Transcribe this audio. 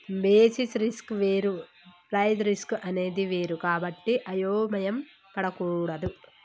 basis risk వేరు price risk అనేది వేరు కాబట్టి అయోమయం పడకూడదు